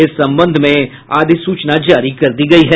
इस संबंध में अधिसूचना जारी कर दी गयी है